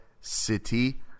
City